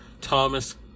Thomas